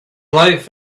life